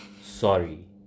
Sorry